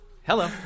Hello